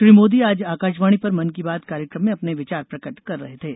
श्री मोदी आज आकाशवाणी पर मन की बात कार्यक्रम में अपने विचार प्रकट कर रहे थे